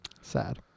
Sad